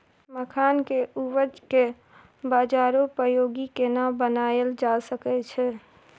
मखान के उपज के बाजारोपयोगी केना बनायल जा सकै छै?